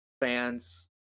fans